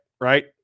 right